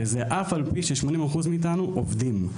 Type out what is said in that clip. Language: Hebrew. וזה אף על פי ש-80% מאיתנו עובדים.